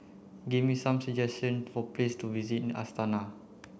give me some suggestion for place to visit Astana